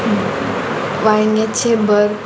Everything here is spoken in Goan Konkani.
वांयग्यांचें भर्त